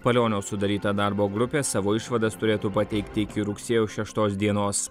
palionio sudaryta darbo grupė savo išvadas turėtų pateikti iki rugsėjo šeštos dienos